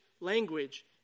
language